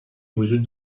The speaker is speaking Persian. وجود